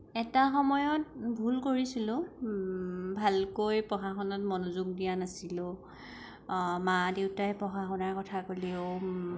এটা সময়ত ভুল কৰিছিলোঁ ভালকৈ পঢ়া শুনাত মনোযোগ দিয়া নাছিলোঁ মা দেউতাই পঢ়া শুনাৰ কথা ক'লেও